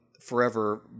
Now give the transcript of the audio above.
forever